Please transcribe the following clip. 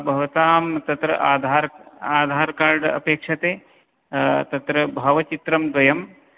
भवतां तत्र आधार आधारकार्ड् अपेक्षते तत्र भावचित्रं द्वयं